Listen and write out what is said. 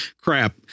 crap